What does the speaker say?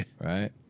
right